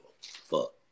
fuck